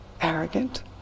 arrogant